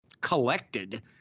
Collected